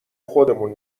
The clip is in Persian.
خودمون